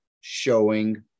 showing